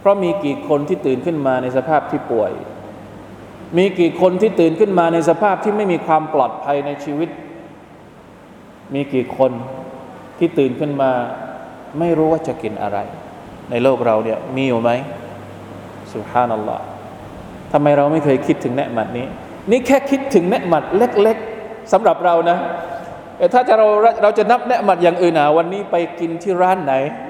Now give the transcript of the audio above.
เพราะมีกี่คนที่ตื่นขึ้นมาในสภาพที่ป่วย มีกี่คนที่ตื่นขึ้นมาในสภาพที่ไม่มีความปลอดภัยในชีวิต มีกี่คนที่ตื่นขึ้นมาไม่รู้ว่าจะกินอะไร ในโลกเราเนี่ยมีอยู่ไหม? สุภานัลลอฮ์ ทำไมเราไม่เคยคิดถึงแนะหมัดนี้? นี่แค่คิดถึงแนะหมัดเล็กๆ สำหรับเรานะ เอ่อ ถ้าจะ- เรา- เราจะนับแนะหมัดอย่างอื่นหา วันนี้ไปกินที่ร้านไหน?